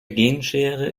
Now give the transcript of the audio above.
genschere